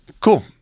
cool